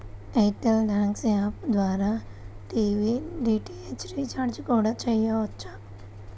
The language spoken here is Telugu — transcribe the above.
ఎయిర్ టెల్ థ్యాంక్స్ యాప్ ద్వారా టీవీ డీటీహెచ్ రీచార్జి కూడా చెయ్యొచ్చు